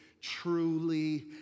truly